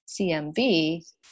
CMV